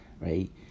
right